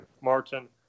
Martin